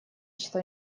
что